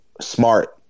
smart